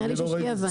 אני לא ראיתי.